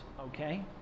okay